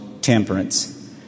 temperance